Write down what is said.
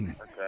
Okay